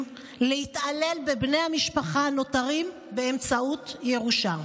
להתעלל בבני המשפחה הנותרים באמצעות ירושה.